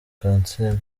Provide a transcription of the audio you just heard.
kansiime